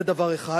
זה דבר אחד.